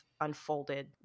unfolded